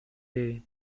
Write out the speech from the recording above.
day